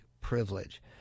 privilege